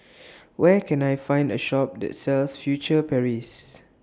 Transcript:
Where Can I Find A Shop that sells Furtere Paris